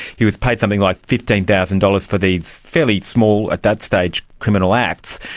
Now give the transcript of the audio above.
he was paid something like fifteen thousand dollars for these fairly small, at that stage, criminal acts.